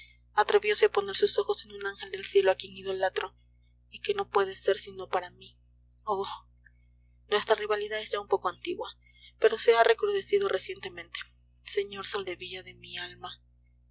atreviose a poner sus ojos en un ángel del cielo a quien idolatro y que no puede ser sino para mí oh nuestra rivalidad es ya un poco antigua pero se ha recrudecido recientemente sr soldevilla de mi alma